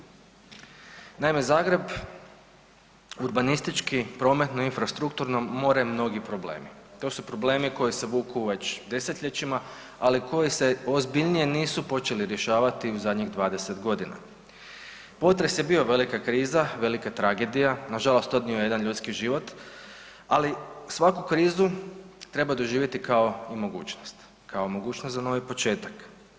Naime, Zagreb urbanistički, prometno i infrastrukturno more mnogi problemi, to su problemi koji se vuku već desetljećima, ali koji se ozbiljnije nisu počeli rješavati u zadnjih 20.g. Potres je bio, velika kriza, velika tragedija, nažalost odnio je jedan ljudski život, ali svaku krizu treba doživjeti kao i mogućnost, kao mogućnost za novi početak.